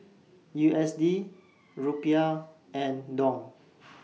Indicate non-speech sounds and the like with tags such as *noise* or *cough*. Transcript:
U S D *noise* Rupiah and Dong